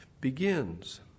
begins